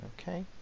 Okay